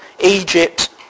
Egypt